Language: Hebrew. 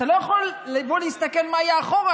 אתה לא יכול לבוא להסתכל מה יהיה אחורה,